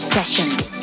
Sessions